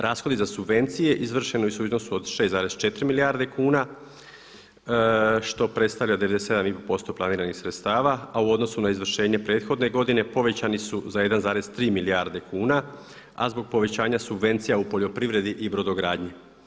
Rashodi za subvencije izvršeni su u iznosu od 6,4 milijarde kuna što predstavlja 97,5% planiranih sredstava a u odnosu na izvršenje prethodne godine povećani su za 1,3 milijarde kuna a zbog povećanja subvencija u poljoprivredi i brodogradnji.